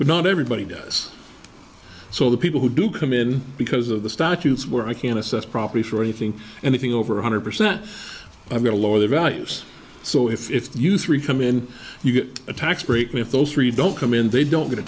but not everybody does so the people who do come in because of the statutes where i can assess property for anything anything over one hundred percent i'm going to lower the values so if you three come in you get a tax break me if those three don't come in they don't get a